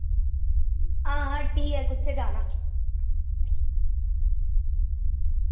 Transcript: हां हट्टी ऐं कुत्थे जाना